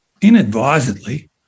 inadvisedly